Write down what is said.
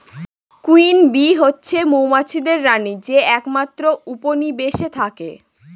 queen bee হচ্ছে মৌমাছিদের রানী যে একমাত্র উপনিবেশে থাকে